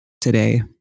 today